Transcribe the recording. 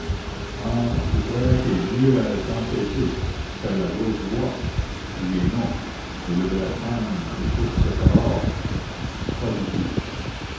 ah tu croyais que le vieux allait tempêter faire la grosse voix crier non et lever la canne sur toute cette aurore pas du tout